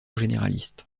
généraliste